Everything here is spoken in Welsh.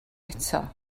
eto